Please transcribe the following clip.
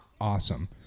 awesome